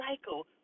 cycle